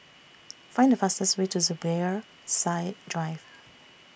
Find The fastest Way to Zubir Said Drive